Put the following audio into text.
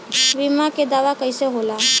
बीमा के दावा कईसे होला?